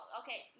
okay